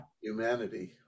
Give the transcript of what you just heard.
humanity